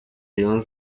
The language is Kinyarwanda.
rayon